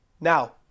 Now